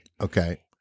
Okay